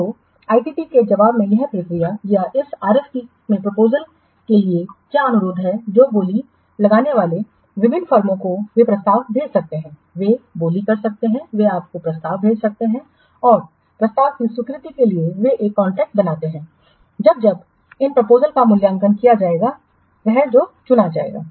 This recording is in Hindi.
तो ITT के जवाब में या प्रतिक्रिया या इस RFP में प्रपोजलसके लिए क्या अनुरोध है तो बोली लगाने वाले विभिन्न फर्मों को वे प्रस्ताव भेज सकते हैं वे बोली कर सकते हैं वे आपको प्रस्ताव भेज सकते हैं और प्रस्ताव की स्वीकृति के लिए वे एक कॉन्ट्रैक्ट बनाते हैं जब जब इन प्रपोजलसका मूल्यांकन किया जाएगा वह जो चुना जाएगा